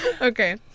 Okay